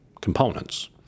components